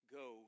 go